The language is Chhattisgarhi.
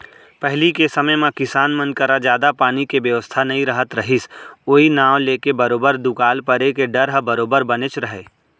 पहिली के समे म किसान मन करा जादा पानी के बेवस्था नइ रहत रहिस ओई नांव लेके बरोबर दुकाल परे के डर ह बरोबर बनेच रहय